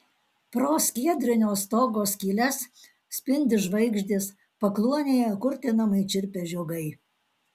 pro skiedrinio stogo skyles spindi žvaigždės pakluonėje kurtinamai čirpia žiogai